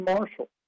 Marshall